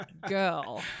girl